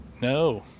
no